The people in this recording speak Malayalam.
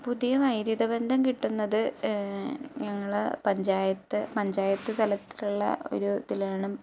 പുതിയ വൈദ്യുത ബന്ധം കിട്ടുന്നത് ഞങ്ങളെ പഞ്ചായത്ത് പഞ്ചായത്ത് തലത്തിലുള്ള ഒരു ഇതിലാണ്